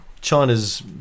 China's